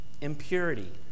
impurity